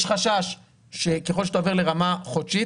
יש חשש שככל שאתה עובר לרמה חודשית,